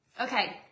Okay